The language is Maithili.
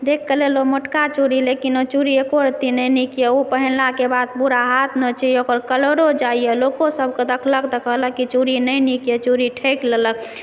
देखकऽ लेलहुँ मोटका चूड़ी लेकिन ओ चूड़ी एको रति नहि नीक यऽ ओ पहिनलाके बाद पूरा हाथ नोचयए ओकर कलरो जाइए लोकोसभकेँ देखलक तऽ कहलक कि चूड़ी नहि नीक यऽ चूड़ी ठकि लेलक